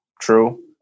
true